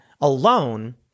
alone